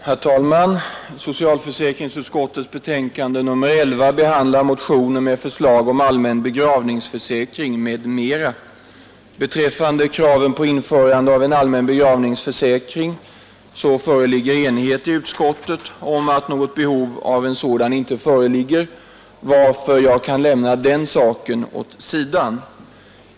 Herr talman! Socialförsäkringsutskottets betänkande nr 11 behandlar motioner med förslag om allmän begravningsförsäkring m.m. Beträffande kraven på införande av en allmän begravningsförsäkring föreligger enighet i utskottet om att något behov av en sådan inte finns, varför jag kan lämna den saken åt sidan.